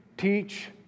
teach